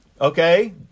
okay